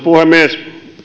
puhemies